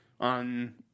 on